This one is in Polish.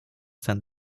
ten